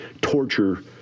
torture